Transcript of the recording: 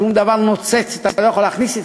שום דבר נוצץ אתה לא יכול להכניס אתך.